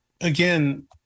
again